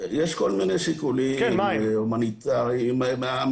יש כל מני שיקולים, הומניטריים כן, מה הם?